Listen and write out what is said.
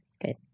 Good